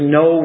no